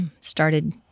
started